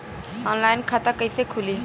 Online खाता कइसे खुली?